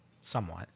somewhat